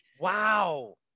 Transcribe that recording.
wow